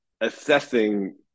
assessing